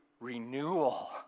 renewal